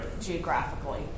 geographically